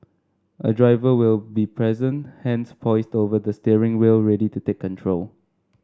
a driver will be present hands poised over the steering wheel ready to take control